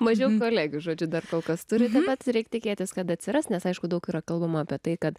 mažiau kolegių žodžiu dar kol kas turi mat reik tikėtis kad atsiras nes aišku daug yra kalbama apie tai kad